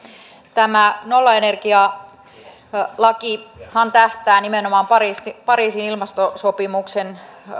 tämä nollaenergialakihan tähtää nimenomaan pariisin pariisin ilmastosopimuksen